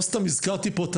לא סתם הזכרתי פה את